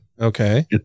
Okay